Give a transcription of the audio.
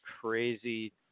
crazy